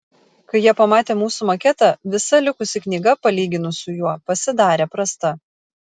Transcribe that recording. kai jie pamatė mūsų maketą visa likusi knyga palyginus su juo pasidarė prasta